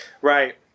Right